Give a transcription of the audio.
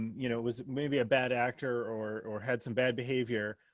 you know, was maybe a bad actor or had some bad behavior,